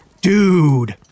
Dude